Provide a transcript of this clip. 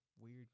weird